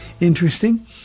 interesting